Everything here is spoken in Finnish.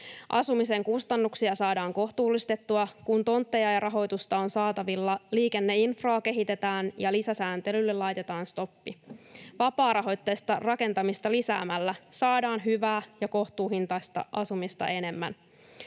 Asumisen kustannuksia saadaan kohtuullistettua, kun tontteja ja rahoitusta on saatavilla, liikenneinfraa kehitetään ja lisäsääntelylle laitetaan stoppi. Vapaarahoitteista rakentamista lisäämällä saadaan hyvää ja kohtuuhintaista asumista enemmän.